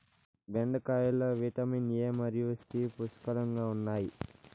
బెండకాయలో vitamin A మరియు C పుష్కలంగా ఉన్నాయి